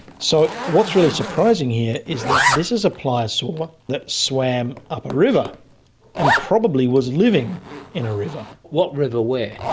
so what's really surprising here is that this is a pliosaur that swam up a river and probably was living in a river. what river? where?